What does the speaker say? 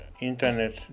internet